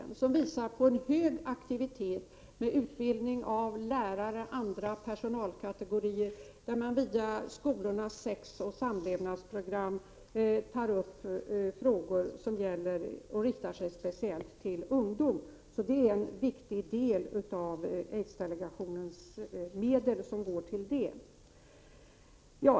Av den framgick att det förekommer en hög aktivitet i form av utbildning av lärare och andra personalkategorier och att man via skolornas sexoch samlevnadsprogram tar upp frågor som riktar sig speciellt till ungdom. Det är en viktig del av aidsdelegationens medel som går till detta.